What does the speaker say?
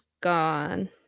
gone